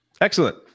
Excellent